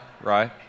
Right